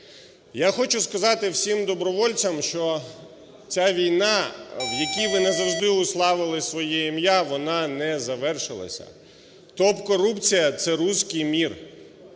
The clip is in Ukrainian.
Я хочу сказати всім добровольцям, що ця війна, в якій ви назавжди уславили своє ім'я, вона не завершилася. Топ-корупція – це "руський мир",